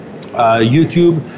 YouTube